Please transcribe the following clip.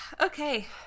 Okay